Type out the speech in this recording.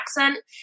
accent